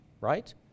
right